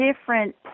different